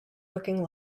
looking